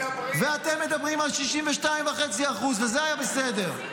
ואתם מדברים על 62.5% וזה היה בסדר.